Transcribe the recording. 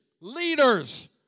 leaders